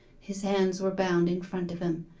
his hands were bound in front of him,